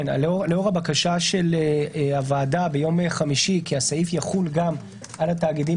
לאור הבקשה של הוועדה ביום חמישי כי הסעיף יחול גם על התאגידים